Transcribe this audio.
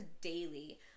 daily